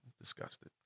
disgusted